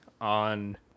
on